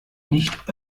nicht